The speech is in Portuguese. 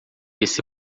esse